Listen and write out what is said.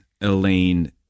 Elaine